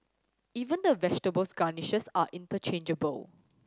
even the vegetables garnishes are interchangeable